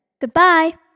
Goodbye